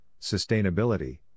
Sustainability